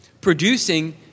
producing